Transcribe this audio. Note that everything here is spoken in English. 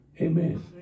Amen